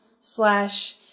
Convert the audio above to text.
slash